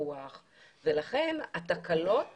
כמו שתחנות